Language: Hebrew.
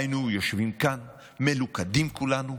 היינו יושבים כאן מלוכדים כולנו,